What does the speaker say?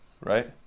right